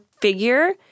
figure